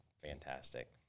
Fantastic